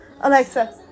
Alexa